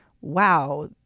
wow